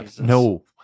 No